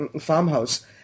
farmhouse